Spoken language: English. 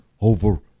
over